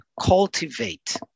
cultivate